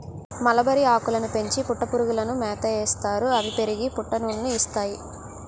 మలబరిఆకులని పెంచి పట్టుపురుగులకి మేతయేస్తారు అవి పెరిగి పట్టునూలు ని ఇస్తాయి